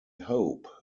hope